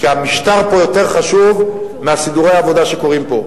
כי המשטר פה יותר חשוב מסידורי העבודה שקורים פה.